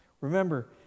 Remember